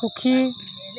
সুখী